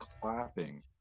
clapping